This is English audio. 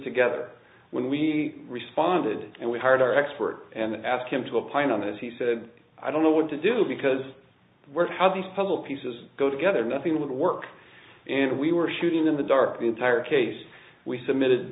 together when we responded and we hired our expert and asked him to apply and on his he said i don't know what to do because work how these puzzle pieces go together nothing would work and we were shooting in the dark the entire case we submitted